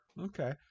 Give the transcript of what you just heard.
Okay